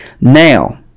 Now